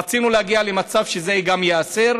רצינו להגיע למצב שגם זה ייאסר,